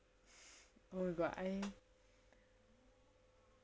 oh my god I